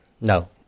No